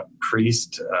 priest